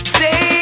say